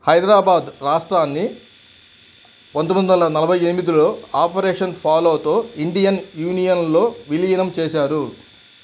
హైదరాబాద్ రాష్ట్రాన్ని పంతొమ్మిదొందల నలభై ఎనిమిదిలో ఆపరేషన్ పోలోతో ఇండియన్ యూనియన్లో విలీనం చేశారు